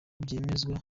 byemezwa